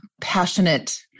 passionate